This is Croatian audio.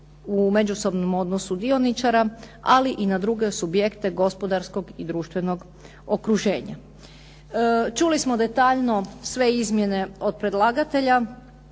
u međusobnom odnosu dioničara, ali i na druge subjekte gospodarskog i društvenog okruženja. Čuli smo detaljno sve izmjene od predlagatelja,